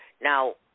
Now